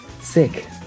sick